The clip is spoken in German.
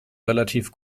relativ